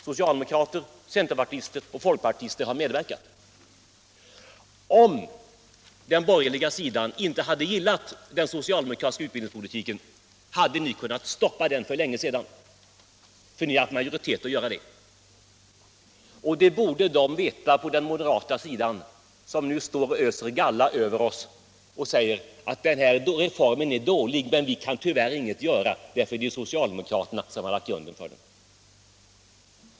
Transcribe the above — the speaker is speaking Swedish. Socialdemokrater, centerpartister och folkpartister har medverkat. Om den borgerliga sidan inte hade gillat den socialdemokratiska utbildningspolitiken, hade ni kunnat stoppa den för länge sedan, för ni har haft majoritet att göra det. Det borde de veta på den moderata sidan som nu öser galla över oss och säger att den här reformen är dålig, men att vi tyvärr inte kan göra någonting därför att det är socialdemokraterna som har lagt grunden för den.